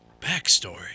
Backstory